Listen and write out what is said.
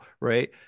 right